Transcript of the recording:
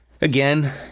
again